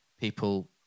people